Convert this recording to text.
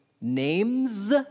names